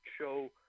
show